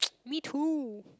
me too